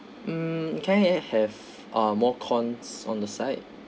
hmm can I have uh more corns on the side